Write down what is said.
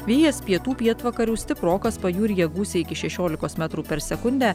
vėjas pietų pietvakarių stiprokas pajūryje gūsiai iki šešiolikos metrų per sekundę